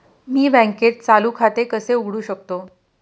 मी बँकेत चालू खाते कसे उघडू शकतो?